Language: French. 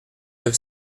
neuf